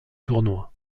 tournoi